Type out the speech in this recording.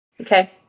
Okay